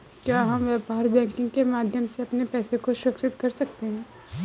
क्या हम व्यापार बैंकिंग के माध्यम से अपने पैसे को सुरक्षित कर सकते हैं?